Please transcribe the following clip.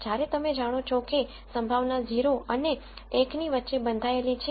જ્યારે તમે જાણો છો કે સંભાવના 0 અને 1 ની વચ્ચે બંધાયેલી છે